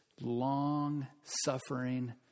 long-suffering